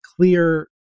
clear